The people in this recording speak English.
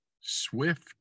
swift